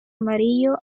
amarillo